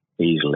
easily